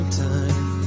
time